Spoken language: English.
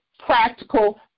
practical